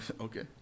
Okay